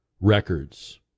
records